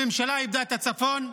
הממשלה איבדה את הצפון,